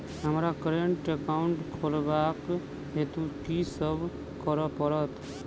हमरा current account खोलेवाक हेतु की सब करऽ पड़त?